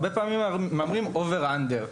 הרבה פעמים מהמרים over/under.